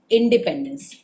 independence